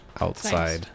outside